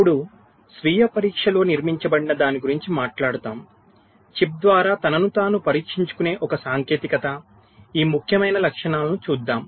ఇప్పుడు స్వీయ పరీక్షలో నిర్మించబడిన దాని గురించి మాట్లాడుతాము చిప్ ద్వారా తనను తాను పరీక్షించుకునే ఒక సాంకేతికత ఈ ముఖ్యమైన లక్షణాలను చూద్దాం